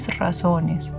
razones